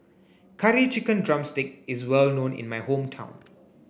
curry chicken drumstick is well known in my hometown